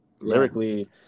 Lyrically